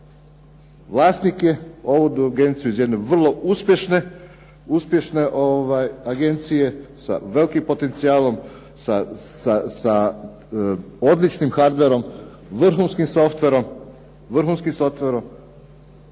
Vlasnik je ovu agenciju iz jedne vrlo uspješne agencije sa velikim potencijalom, sa odličnim hardverom, vrhunskim softverom,